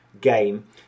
game